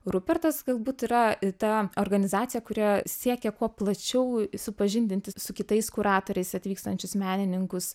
rupertas galbūt yra ta organizacija kuria siekia kuo plačiau supažindinti su kitais kuratoriais atvykstančius menininkus